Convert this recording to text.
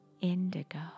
indigo